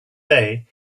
day